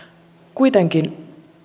kuitenkin